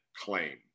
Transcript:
claim